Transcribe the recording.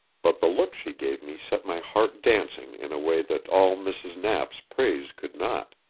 but the look she gave me set my heart dancing in a way that all mrs. knapp's praise could not.